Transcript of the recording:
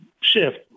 shift